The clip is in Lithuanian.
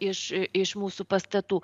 iš iš mūsų pastatų